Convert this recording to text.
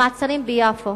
המעצרים ביפו